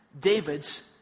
David's